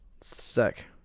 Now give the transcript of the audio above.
Sick